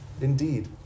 indeed